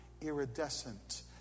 iridescent